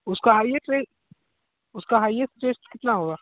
उसका highest rate उसका highest rate कितना होगा